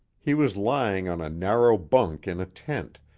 he was lying on a narrow bunk in a tent,